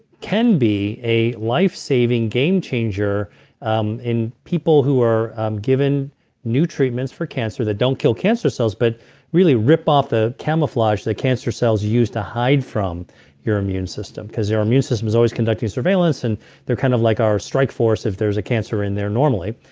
can be a life-saving, game-changer um in people who are given new treatments for cancer that don't kill cancer cells but really rip off the camouflage that cancer cells use to hide from your immune system, because our immune system is always conducting surveillance and they're kind of like our strike force if there was a cancer in there normally.